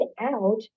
out